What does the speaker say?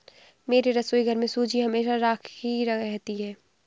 मेरे रसोईघर में सूजी हमेशा राखी रहती है